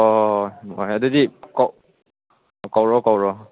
ꯑꯣ ꯍꯣꯏ ꯍꯣꯏ ꯑꯗꯨꯗꯤ ꯀꯧꯔꯣ ꯀꯧꯔꯣ